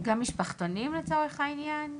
גם משפחתונים לצורך העניין?